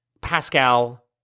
Pascal